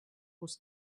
was